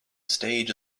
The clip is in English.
stage